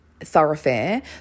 thoroughfare